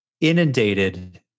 inundated